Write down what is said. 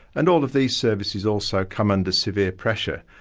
and all of these services also come under severe pressure.